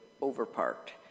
over-parked